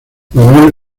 manuel